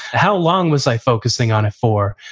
how long was i focusing on it for?